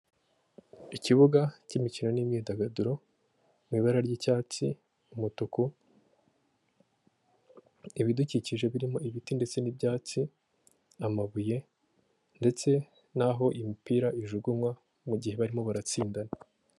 Ikibuga cy'imikino n'imyidagaduro mu ibara ry'icyatsi, umutuku, ibidukikije birimo ibiti n'ibyatsi, amabuye ndetse n'aho imipira ijugunywa mu gihe barimo baratsindana.